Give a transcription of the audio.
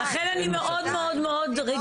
לכן אני מאוד רגישה.